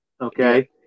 okay